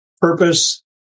purpose